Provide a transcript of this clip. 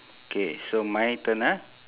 K so my turn ah